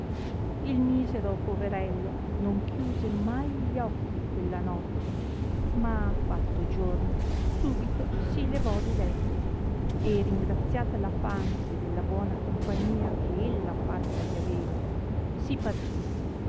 il misero poverello non chiuse mai gli occhi quella notte ma fatto giorno subito si levò di letto e ringraziata la fante della buona compagnia che ella fatta gli aveva si partì